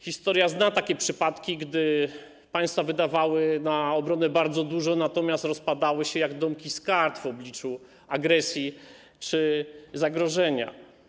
Historia zna takie przypadki, gdy państwa wydawały na obronę bardzo dużo, a rozpadały się jak domki z kart w obliczu agresji czy zagrożenia.